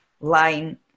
line